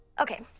Okay